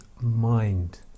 Mind